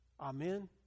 Amen